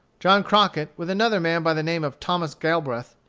john crockett, with another man by the name of thomas galbraith,